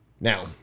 Now